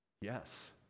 Yes